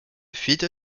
fuite